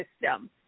system